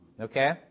Okay